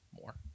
more